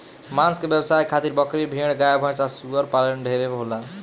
मांस के व्यवसाय खातिर बकरी, भेड़, गाय भैस आ सूअर पालन ढेरे होला